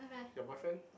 your boyfriend